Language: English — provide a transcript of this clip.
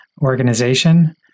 organization